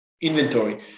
inventory